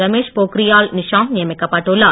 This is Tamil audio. ரமேஷ் போக்கிரியால் நிஷாந்த் நியமிக்கப்பட்டுள்ளார்